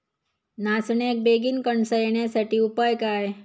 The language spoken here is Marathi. नाचण्याक बेगीन कणसा येण्यासाठी उपाय काय?